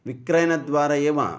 विक्रयणद्वारा एव